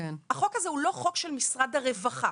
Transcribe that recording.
זה לא חוק של משרד הרווחה.